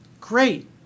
great